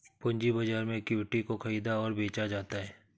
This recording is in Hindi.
पूंजी बाजार में इक्विटी को ख़रीदा और बेचा जाता है